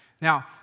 Now